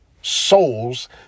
souls